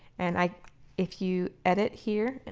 and i if you edit here,